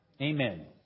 Amen